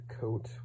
coat